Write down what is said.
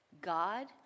God